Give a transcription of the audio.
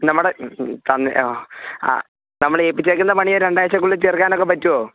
നമ്മുടെ മ്മ് മ്മ് ആ ആ നമ്മളെ ഏൽപ്പിച്ചേക്കുന്ന പണി രണ്ടാഴ്ചക്കുള്ളിൽ തീർക്കാനൊക്കെ പറ്റുമോ